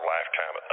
Lifetime